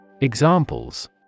Examples